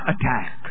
attack